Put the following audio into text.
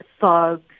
thugs